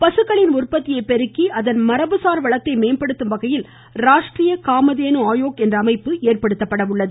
பசுக்களின் உற்பத்தியை பெருக்கி அதன் மரபுசார் வளத்தை மேம்படுத்தும் வகையில் ராஷ்ட்ரிய காமதேனு ஆயோக் என்ற அமைப்பு ஏற்படுத்தப்படுகிறது